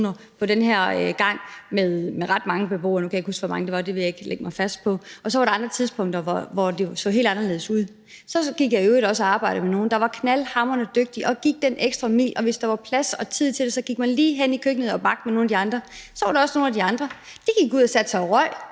på den her gang med ret mange beboere, selv om jeg ikke kan huske, hvor mange det var; det vil jeg ikke lægge mig fast på. Og så var der andre tidspunkter, hvor det så helt anderledes ud. Så gik jeg i øvrigt også og arbejdede med nogle, der var knaldhamrende dygtige og gik den ekstra mil, og hvis der var plads og tid til det, gik man lige hen i køkkenet og bagte med nogle af de andre. Men så var der også nogle af de andre, der gik ud og satte sig og